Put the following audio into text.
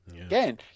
again